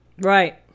Right